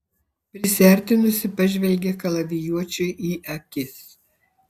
prisiartinusi pažvelgė kalavijuočiui į akis